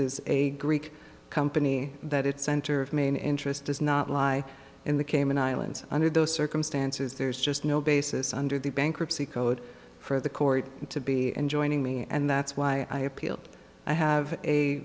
is a greek company that its center of main interest does not lie in the cayman islands under those circumstances there's just no basis under the bankruptcy code for the court to be in joining me and that's why i appealed i have a